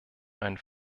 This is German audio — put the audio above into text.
einen